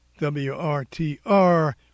WRTR